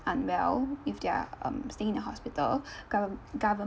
unwell if they're um staying in a hospital governm~ goverment